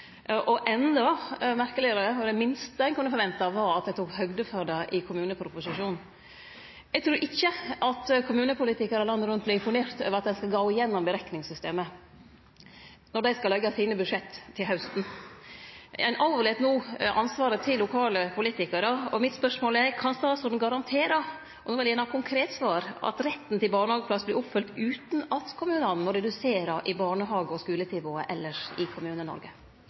og rettar opp feila i revidert nasjonalbudsjett. Og endå merkelegare – det minste ein kunne forvente, var at ein tok høgd for det i kommuneproposisjonen. Eg trur ikkje at kommunepolitikarane landet rundt vert imponerte over at ein skal gå gjennom berekningssystemet når dei skal leggje budsjetta sine til hausten. Ein overlèt no ansvaret til lokale politikarar. Mitt spørsmål er: Kan statsråden garantere – no vil eg gjerne ha konkret svar – at retten til barnehageplass vert oppfylt utan at kommunane må redusere i barnehage- og skuletilbodet elles i